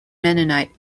mennonite